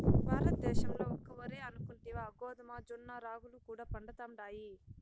భారతద్దేశంల ఒక్క ఒరే అనుకుంటివా గోధుమ, జొన్న, రాగులు కూడా పండతండాయి